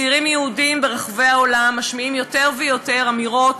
צעירים יהודים ברחבי העולם משמיעים יותר ויותר אמירות,